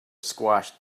squashed